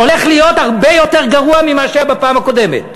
הולך להיות הרבה יותר גרוע ממה שהיה בפעם הקודמת.